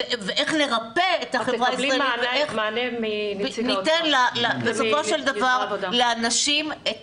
נרפא את החברה הישראלית ואיך ניתן בסופו של דבר לאנשים את